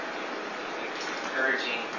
encouraging